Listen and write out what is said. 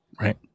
Right